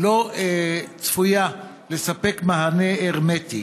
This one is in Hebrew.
לא צפויה לספק מענה הרמטי.